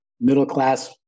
middle-class